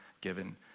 given